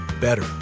better